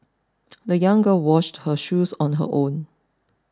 the young girl washed her shoes on her own